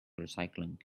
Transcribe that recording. recycling